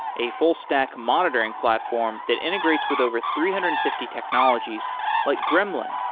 a full stack monitoring platform that integrates with over three hundred and fifty technologies like gremlin,